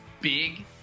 big